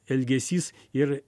elgesys ir